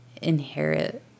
inherit